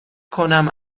کنم